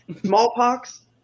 Smallpox